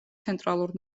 ცენტრალურ